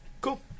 Cool